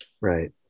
Right